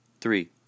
Three